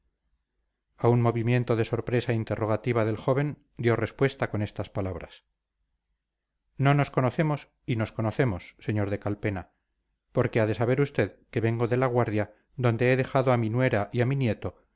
a un movimiento de sorpresa interrogativa del joven dio respuesta con estas palabras no nos conocemos y nos conocemos sr de calpena porque ha de saber usted que vengo de la guardia donde he dejado a mi nuera y a mi nieto